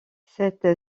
cette